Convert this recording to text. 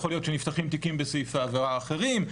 יכול להיות שנפתחים תיקים בסעיפי עבירה אחרים,